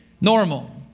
normal